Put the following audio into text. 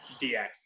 DX